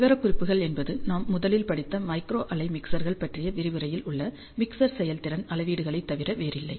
விவரக்குறிப்புகள் என்பது நாம் முதலில் படித்த மைக்ரோ அலை மிக்சர்கள் பற்றிய விரிவுரையில் உள்ள மிக்சர் செயல்திறன் அளவீடுகளைத் தவிர வேறில்லை